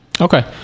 okay